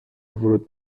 ورود